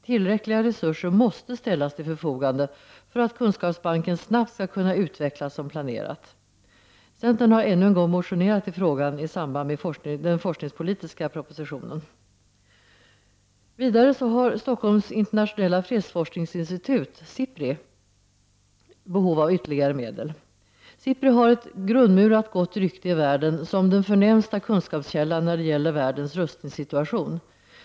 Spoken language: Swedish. Tillräckliga resurser måste ställas till förfogande för att kunskapsbanken snabbt skall kunna utvecklas som planerat. Centern har ännu en gång motionerat i frågan i samband med den forskningspolitiska propositionen. Vidare har Stockholms internationella fredsforskningsinstitut, SIPRI, behov av ytterligare medel. SIPRI har ett grundmurat gott rykte i världen som den förnämsta kunskapskällan när det gäller världens rustningssituation.